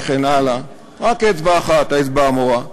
וכן הלאה, רק אצבע אחת, האצבע המורה.